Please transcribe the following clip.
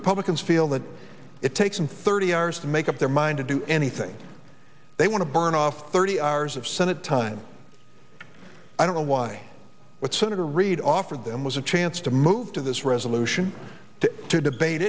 republicans feel that it takes thirty hours to make up their mind to do anything they want to burn off thirty hours of senate time i don't know why what senator reid offered them was a chance to move to this resolution to to debate